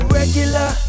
regular